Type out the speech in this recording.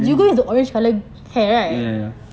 ya ya